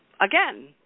Again